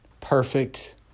perfect